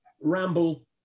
ramble